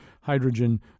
hydrogen